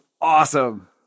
awesome